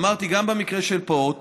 אמרתי: גם במקרה של פעוט